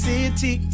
City